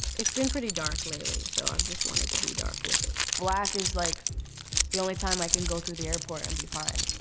it's been pretty dark lately, so i've just wanted to be dark with it. black is like the only time i can go through the airport and be fine.